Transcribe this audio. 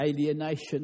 alienation